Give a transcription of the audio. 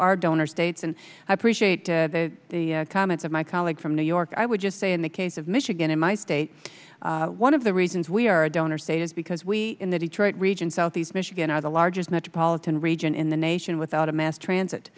are donor states and i appreciate the comments of my colleague from new york i would just say in the case of michigan in my state one of the reasons we are a donor state is because we in the detroit region southeast michigan are the largest metropolitan region in the nation without a mass transit